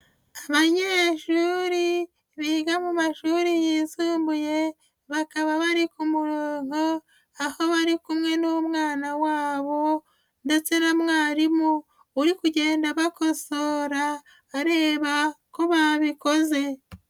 Abanyeshuri, biga mu mashuri yisumbuye, bakaba bari ku muronko, aho bari kumwe n'umwana wabo ndetse na mwarimu uri kugenda bakosora, areba ko babikoze.